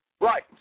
right